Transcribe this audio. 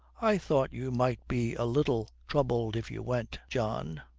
i thought you might be a little troubled if you went, john.